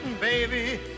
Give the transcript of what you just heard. baby